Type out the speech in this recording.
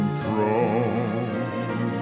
throne